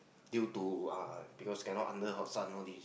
due to because cannot under hot sun only